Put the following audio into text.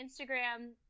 Instagram